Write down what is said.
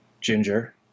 Ginger